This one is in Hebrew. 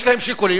יש להם שיקולים,